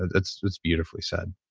it's just beautifully said.